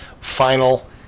final